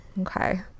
Okay